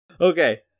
okay